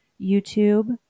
YouTube